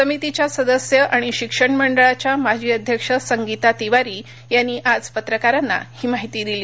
समितीच्या सदस्य आणि शिक्षण मंडळाच्या माजी अध्यक्ष संगीता तिवारी यांनी आज पत्रकारांना ही माहिती दिली